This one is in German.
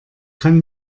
kann